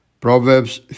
Proverbs